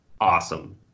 awesome